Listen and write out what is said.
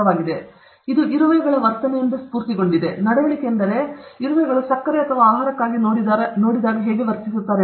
ಇದು ಇರುವೆಗಳ ವರ್ತನೆಯ ವರ್ತನೆಯಿಂದ ಸ್ಫೂರ್ತಿಯಾಗಿದೆ ಫೇಜಿಂಗ್ ನಡವಳಿಕೆ ಎಂದರೆ ಅವರು ಸಕ್ಕರೆ ಅಥವಾ ಆಹಾರಕ್ಕಾಗಿ ನೋಡಿದಾಗ ಅವರು ಹೇಗೆ ವರ್ತಿಸುತ್ತಾರೆ ಎಂಬುದು